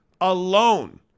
alone